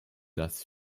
dass